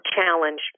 challenge